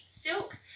silk